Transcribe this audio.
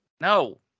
No